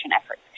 efforts